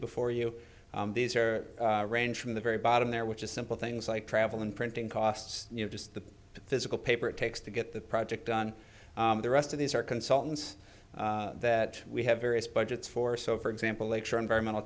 before you these are range from the very bottom there which is simple things like travel and printing costs you know just the physical paper it takes to get the project done the rest of these are consultants that we have various budgets for so for example a tour environmental